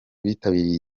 bitabiriye